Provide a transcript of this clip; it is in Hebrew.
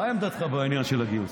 מה עמדתך בעניין של הגיוס?